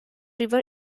river